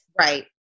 Right